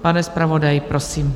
Pane zpravodaji, prosím.